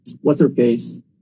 what's-her-face